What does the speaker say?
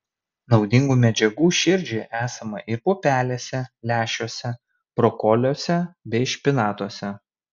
naudingų medžiagų širdžiai esama ir pupelėse lęšiuose brokoliuose bei špinatuose